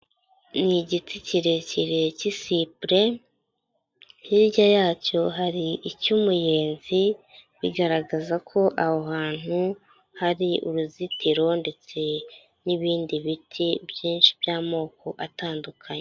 Ni igiti kirekire cy'isipure, hirya yacyo hari icy'umuyenzi, bigaragaza ko aho hantu hari uruzitiro ndetse n'ibindi biti byinshi by'amoko atandukanye.